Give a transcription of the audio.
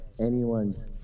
anyone's